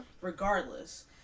Regardless